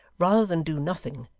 rather than do nothing,